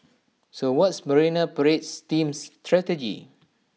so what's marine parade team's strategy